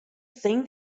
thing